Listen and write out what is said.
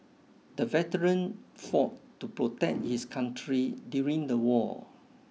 the veteran fought to protect his country during the war